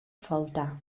faltar